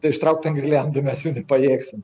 tai ištraukt ant girliandų mes jų nepajėgsim